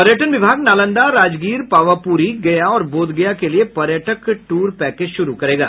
पर्यटन विभाग नालंदा राजगीर पावापुरी गया और बोधगया के लिए पर्यटक ट्र पैकेज शुरू करेगा